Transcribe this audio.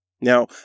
Now